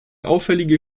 auffällige